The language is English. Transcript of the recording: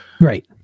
Right